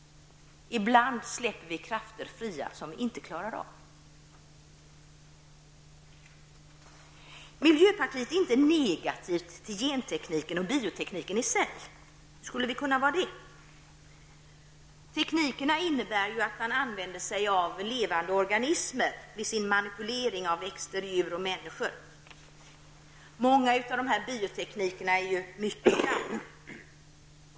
Ibland släpper vi krafter fria som vi inte klarar av. Miljöpartiet är inte negativt till gentekniken och biotekniken i sig. Hur skulle vi kunna vara det? Dessa tekniker innebär att man använder sig av levande organismer vid sin manipulering av växter, djur och människor. Många av dessa biotekniker är mycket gamla.